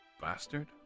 bastard